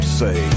say